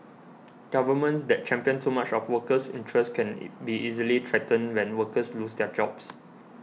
governments that champion too much of workers' interests can be easily threatened when workers lose their jobs